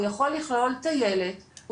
הוא יכול לכלול טיילת,